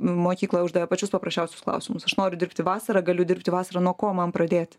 mokykloj uždavė pačius paprasčiausius klausimus aš noriu dirbti vasarą galiu dirbti vasarą nuo ko man pradėti